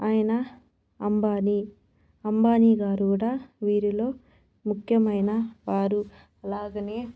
అయన అంబానీ అంబానీగారు కూడా వీరిలో ముఖ్యమైన వారు అలాగానే